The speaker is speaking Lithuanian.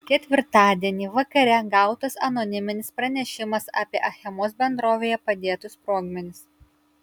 ketvirtadienį vakare gautas anoniminis pranešimas apie achemos bendrovėje padėtus sprogmenis